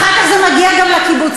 אחר כך זה מגיע גם לקיבוצים,